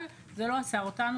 אבל זה לא עצר אותנו,